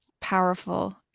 Powerful